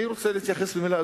אני רוצה להתייחס במלה,